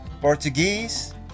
Portuguese